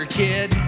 kid